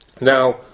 Now